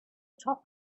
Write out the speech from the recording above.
top